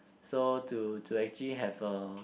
so to to actually have a